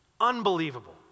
Unbelievable